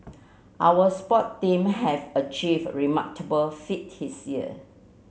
our sport team have achieved remarkable feat his year